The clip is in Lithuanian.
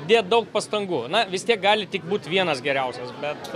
dėt daug pastangų na vis tiek gali tik būti vienas geriausias bet